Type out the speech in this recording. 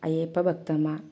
അയ്യപ്പ ഭക്തന്മാർ